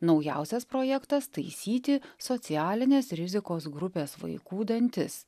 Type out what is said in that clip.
naujausias projektas taisyti socialinės rizikos grupės vaikų dantis